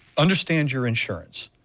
understand your insurance.